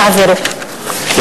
יעבירו אותם.